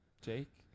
Jake